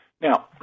Now